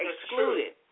excluded